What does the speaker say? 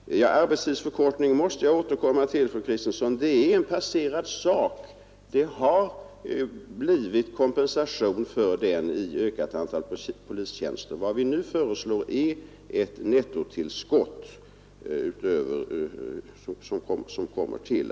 Arbetstidsförkortningen måste jag återkomma till, fru Kristensson. Det är en passerad sak; det har blivit kompensation för den i ökat antal polistjänster. Vad vi nu föreslår är ett nettotillskott, som alltså kommer till.